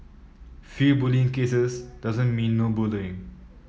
few bullying cases doesn't mean no bullying